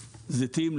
זיתים,